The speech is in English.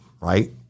right